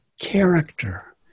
character